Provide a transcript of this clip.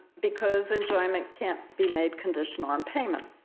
because enjoyment can't be made conditional on payment